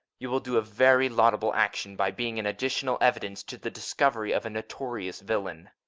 you will do a very laudable action, by being an additional evidence to the discovery of a notorious villain.